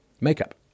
makeup